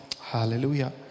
hallelujah